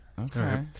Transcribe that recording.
Okay